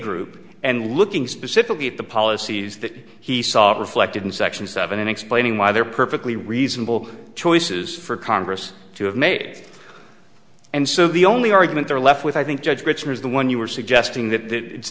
group and looking specifically at the policies that he saw reflected in section seven explaining why they're perfectly reasonable choices for congress to have made and so the only argument they're left with i think judge britain is the one you were suggesting that it's